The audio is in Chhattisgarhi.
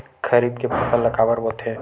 खरीफ के फसल ला काबर बोथे?